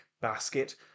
basket